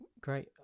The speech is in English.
great